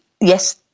Yes